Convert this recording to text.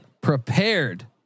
prepared